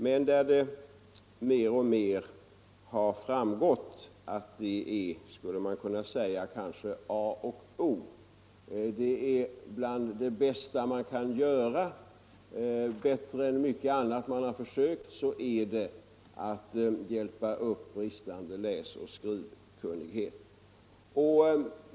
Man har emellertid mer och mer kommit till insikt om att bland det bästa man kan göra — bättre än mycket annat man har försökt — är att avhjälpa bristande läsoch skrivkunnighet.